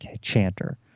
Chanter